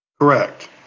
Correct